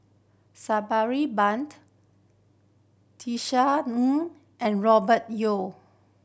Sabri Buang Tisa Ng and Robert Yeo